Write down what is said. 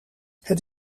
het